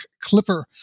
Clipper